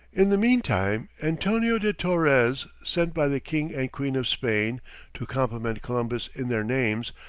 in the meantime, antonio de torres, sent by the king and queen of spain to compliment columbus in their names,